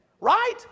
right